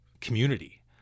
community